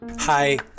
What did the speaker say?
Hi